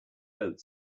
boat